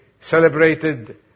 celebrated